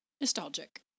Nostalgic